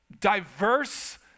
diverse